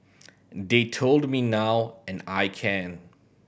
they told me now and I can